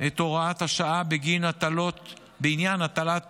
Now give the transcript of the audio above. את הוראת השעה בעניין הטלת